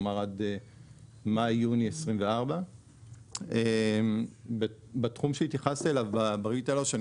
כלומר עד מאי-יוני 2024. בתחום שהתייחסת אליו --- אני